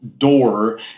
door